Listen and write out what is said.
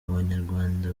abanyarwanda